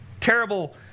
terrible